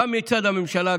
גם מצד הממשלה,